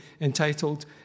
entitled